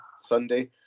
Sunday